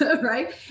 right